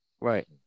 right